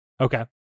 Okay